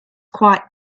quite